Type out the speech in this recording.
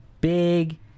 Big